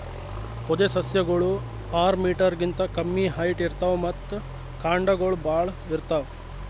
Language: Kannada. ಪೊದೆಸಸ್ಯಗೋಳು ಆರ್ ಮೀಟರ್ ಗಿಂತಾ ಕಮ್ಮಿ ಹೈಟ್ ಇರ್ತವ್ ಮತ್ತ್ ಕಾಂಡಗೊಳ್ ಭಾಳ್ ಇರ್ತವ್